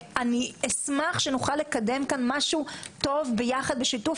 אשמח שנוכל לקדם כאן משהו טוב ביחד בשיתוף